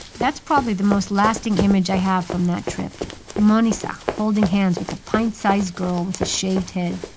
that's probably the most lasting image i have from that trip manisha holding hands with a pint-sized girl with a shaved head,